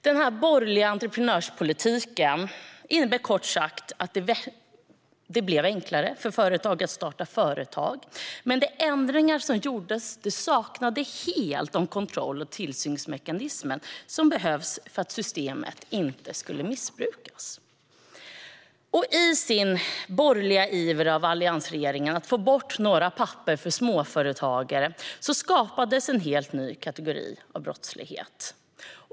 Denna borgerliga entreprenörspolitik innebar kort sagt att det blev enklare att starta företag. Men de ändringar som gjordes saknade helt de kontroll och tillsynsmekanismer som behövs för att systemet inte skulle kunna missbrukas. I alliansregeringens borgerliga iver att få bort några papper för småföretagare skapades en helt ny kategori av brottslighet.